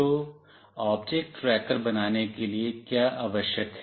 तो object tracker बनाने के लिए क्या आवश्यक है